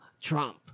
trump